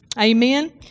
Amen